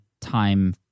time